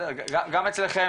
גם אצלכם